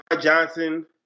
Johnson